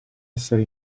essere